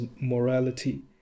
morality